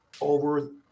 over